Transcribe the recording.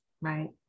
Right